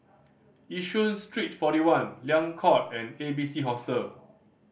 Yishun Street Forty One Liang Court and A B C Hostel